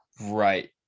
Right